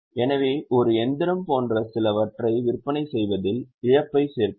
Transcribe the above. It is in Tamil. எனவே ஒரு இயந்திரம் போன்ற சிலவற்றை விற்பனை செய்வதில் இழப்பைச் சேர்க்கவும்